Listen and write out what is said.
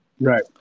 Right